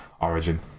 Origin